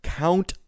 count